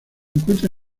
encuentra